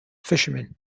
fishermen